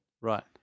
right